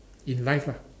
in life lah